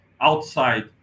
outside